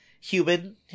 human